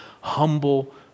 humble